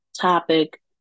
topic